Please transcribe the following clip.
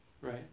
right